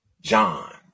John